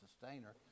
Sustainer